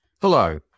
Hello